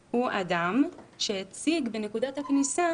הצעת החוק הממשלתית הוא אדם שהציג בנקודת הכניסה